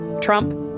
Trump